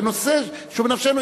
בנושא שהוא בנפשנו.